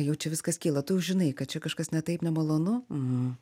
jau čia viskas kyla tu žinai kad čia kažkas netaip nemalonu